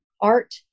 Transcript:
art